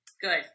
good